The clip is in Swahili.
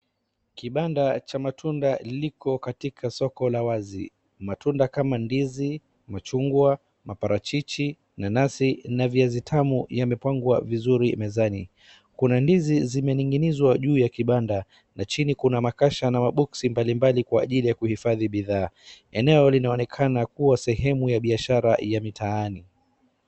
Kibanda cha matunda liko katika soko la wazi .Matunda kama ndizi , machungwa ,maparichichi ,nanasi na viazi tamu yamepangwa vizuri mezani. Kuna ndizi zimenyingizwa juu ya kibanda, na chini kuna makasha na maboxi mbalimbali kwa ajili ya kuhifadhi bidhaa. Eneo linaonekana kuwa sehemu ya biashara ya mitaani.